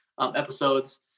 episodes